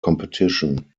competition